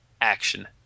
action